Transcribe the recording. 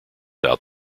out